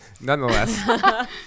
nonetheless